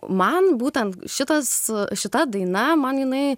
man būtent šitas šita daina man jinai